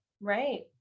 Right